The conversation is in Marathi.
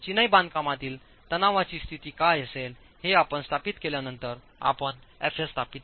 चिनाई बांधकामातील तणावाची स्थिती काय असेल हेआपण स्थापितकेल्यानंतर आपण fsस्थापित केले